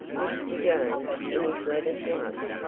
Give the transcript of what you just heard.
mr. jones, in his letter to us,